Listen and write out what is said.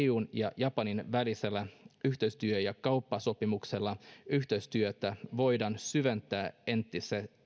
eun ja japanin välisellä yhteistyö ja kauppasopimuksella yhteistyötä voidaan syventää entisestään